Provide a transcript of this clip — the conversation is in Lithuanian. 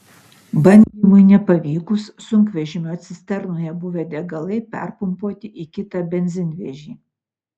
bandymui nepavykus sunkvežimio cisternoje buvę degalai perpumpuoti į kitą benzinvežį